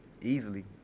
easily